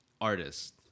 artist